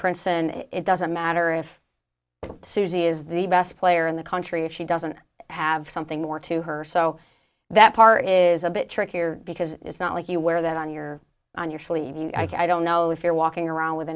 princeton it doesn't matter if susie is the best player in the country if she doesn't have something more to her so that part is a bit trickier because it's not like you wear that on your on your sleeve i don't know if you're walking around with